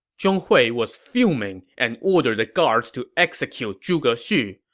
zhong hui was fuming and ordered the guards to execute zhuge xu.